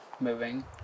moving